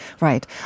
right